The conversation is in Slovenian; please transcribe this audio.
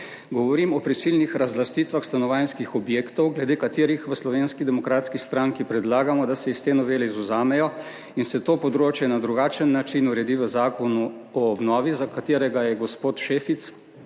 govorim o prisilnih razlastitvah stanovanjskih objektov, glede katerih v Slovenski demokratski stranki predlagamo, da se iz te novele izvzamejo in se to področje na drugačen način uredi v zakonu o obnovi, za katerega je gospod Šefic,